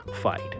Fight